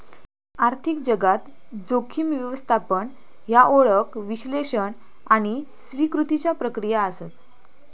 आर्थिक जगात, जोखीम व्यवस्थापन ह्या ओळख, विश्लेषण आणि स्वीकृतीच्या प्रक्रिया आसत